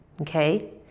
okay